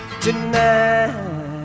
tonight